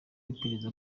rw’iperereza